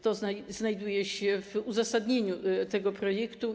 To znajduje się w uzasadnieniu tego projektu.